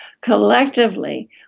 Collectively